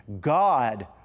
God